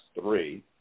three